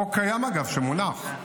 חוק קיים, אגב, שמונח.